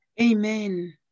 Amen